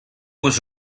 was